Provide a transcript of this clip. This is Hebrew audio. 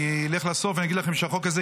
אני אלך לסוף ואני אגיד שהחוק הזה,